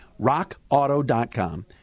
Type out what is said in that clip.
rockauto.com